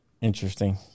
Interesting